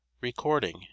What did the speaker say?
Recording